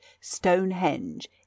Stonehenge